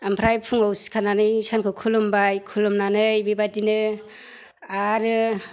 ओमफ्राय फुङाव सिखारनानै सानखौ खुलुमबाय खुलुमनानै बेबायदिनो आरो